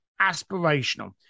aspirational